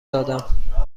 دادم